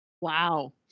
Wow